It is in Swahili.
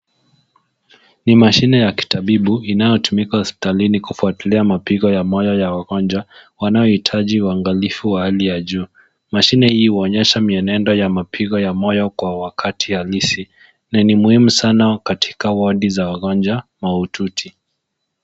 Ni mashine ya kitabibu inayotumika hospitalini kufuatilia mapigo ya moyo ya wagonjwa wanaohitaji uangalifu wa hali ya juu. Mashine hii huonyesha mienendo ya mapigo ya moyo kwa wakati halisi na ni muhimu sana katika wadi za wagonjwa mahututi.